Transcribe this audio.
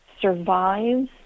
survives